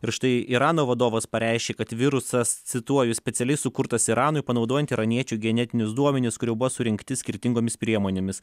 ir štai irano vadovas pareiškė kad virusas cituoju specialiai sukurtas iranui panaudojant iraniečių genetinius duomenis kurių buvo surinkti skirtingomis priemonėmis